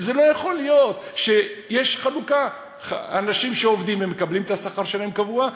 לא יכול להיות שיש חלוקה של אנשים שעובדים ומקבלים את השכר שלהם קבוע,